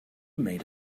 made